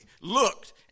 looked